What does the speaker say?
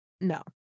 No